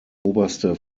oberste